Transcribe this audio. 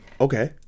Okay